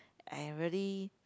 and very